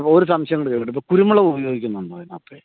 അപ്പോൾ ഒരു സംശയം കൂടെ ചോദിക്കട്ടെ ഇപ്പോൾ കുരുമുളക് ഉപയോഗിക്കുന്നുണ്ടോ ഇതിനകത്ത്